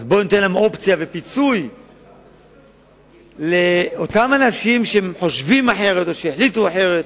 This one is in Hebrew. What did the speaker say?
אז בואו ניתן אופציה ופיצוי לאנשים שחושבים אחרת או שהחליטו אחרת.